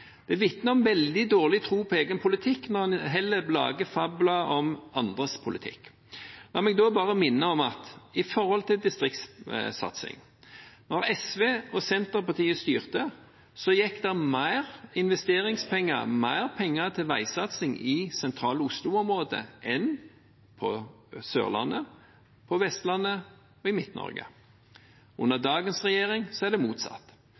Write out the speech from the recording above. Det vitner om veldig dårlig tro på egen politikk når en heller lager fabler om andres politikk. La meg bare minne om følgende når det gjelder distriktssatsing: Da SV og Senterpartiet styrte, gikk det mer investeringspenger, mer penger til veisatsing, i det sentrale Oslo-området enn på Sørlandet, på Vestlandet og i Midt-Norge. Under dagens regjering er det motsatt.